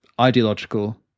ideological